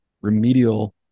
remedial